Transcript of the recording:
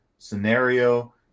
scenario